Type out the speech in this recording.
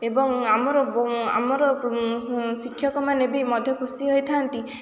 ଏବଂ ଆମ ଆମର ଶିକ୍ଷକମାନେ ବି ମଧ୍ୟ ଖୁସି ହୋଇଥାନ୍ତି